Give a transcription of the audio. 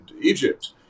Egypt